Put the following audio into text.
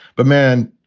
but man,